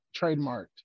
trademarked